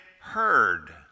heard